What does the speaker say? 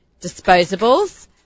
Disposables